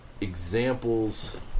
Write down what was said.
examples